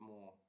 more